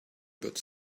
about